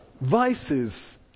Vices